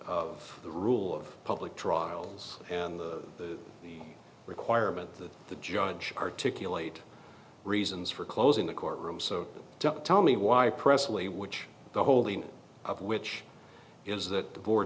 of the rule of public trials and the requirement that the judge articulate reasons for closing the courtroom so tell me why pressley which the holding of which is that the